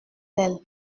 elle